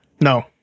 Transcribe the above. No